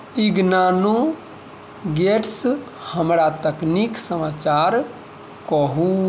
इगनानोगेट्स हमरा तकनीक समाचार कहू